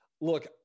look